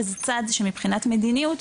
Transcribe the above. וזה צעד שמבחינת המדיניות,